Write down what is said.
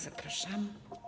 Zapraszam.